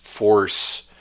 Force